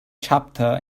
chapter